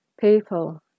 people